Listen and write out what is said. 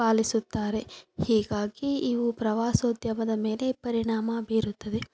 ಪಾಲಿಸುತ್ತಾರೆ ಹೀಗಾಗಿ ಇವು ಪ್ರವಾಸೋದ್ಯಮದ ಮೇಲೆ ಪರಿಣಾಮ ಬೀರುತ್ತದೆ